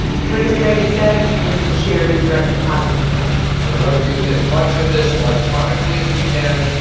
the quickest way, he said, is to share your direct deposit information we want to do as much of this electronically as we can.